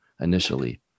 initially